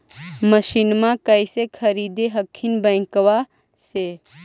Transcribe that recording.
मसिनमा कैसे खरीदे हखिन बैंकबा से?